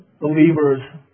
believers